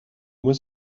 was